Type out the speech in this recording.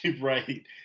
Right